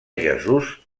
jesús